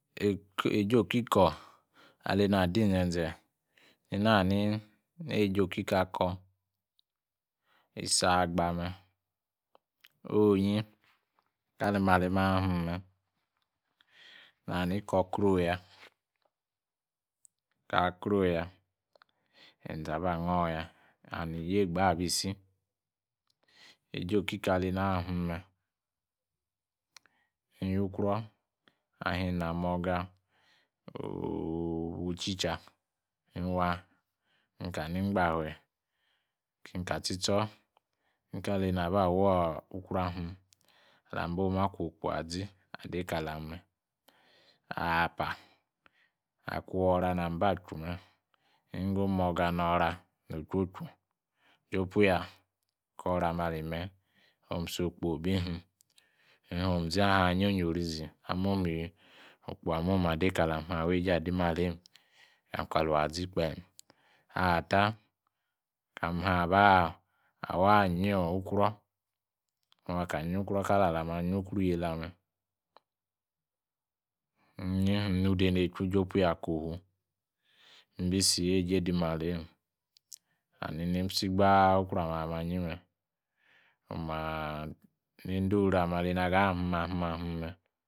. Ejieokikor alenah adi zenze alehna’ anini na waije iso agbame Onyi, kalimala’m awahime. Nahani kor krowya ka krowya, enze aba knorya and yegbour abisi ejieokikor alenah himme, inhukrou owu teacher, inwa inkanigbahel, inkahtsitsor inkah naba wokrou ahim alimaba kwo kpo azi adekalame. Apah, akun orah na maba ajumeh, iwmgo moga norah ojoju japuya koramie mme konsukpo bi-him inyomzi inyanyonyorizi amomiwi okpo ameh omadekalam iyawage adi malame amkaka azi kpem Ata, kamm aba awa anyi okrou, inyawah aka anyi korou kali ma wa akanyi krorou yelahme inyi inyi-denechu japuga kowo ibisi wayjeh di malayme and immisi gbah okrouame alimanyime maa-h nyede oru ame alinawahime.